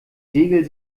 segel